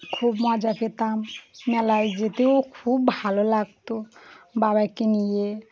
খুব মজা পেতাম মেলায় যেতেও খুব ভালো লাগত বাবাকে নিয়ে